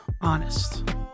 honest